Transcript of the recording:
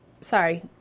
Sorry